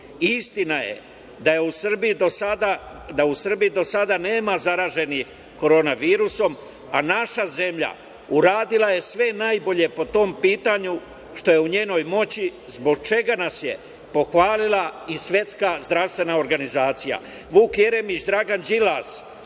virusa. Istina je da u Srbiji do sada nema zaraženih korona virusom, a naša zemlja uradila je sve najbolje po tom pitanju što je u njenoj moći, zbog čega nas je pohvalila i Svetska zdravstvena organizacija. Vuk